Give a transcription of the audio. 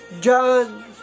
John